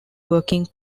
working